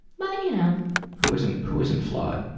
but you know who isn't, who isn't flawed?